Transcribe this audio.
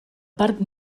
part